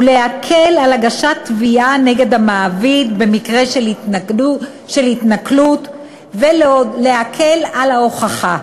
להקל הגשת תביעה נגד המעביד במקרה של התנכלות ולהקל את ההוכחה.